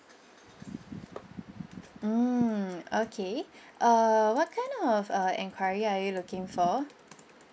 mm okay uh what kind of uh enquiry are you looking for